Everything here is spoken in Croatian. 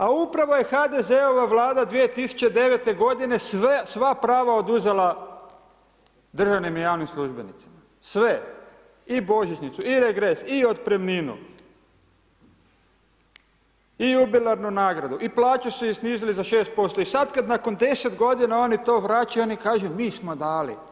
A upravo je HDZ-ova Vlada 2009. g. sva prava oduzela državnim i javnim službenicima, sve i božićnicu i regres i otpremninu i jubilarnu nagradu i plaću su snizili za 6% i sada kada nakon 10 g. oni to vraćaju, oni kažu mi smo dali.